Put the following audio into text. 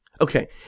Okay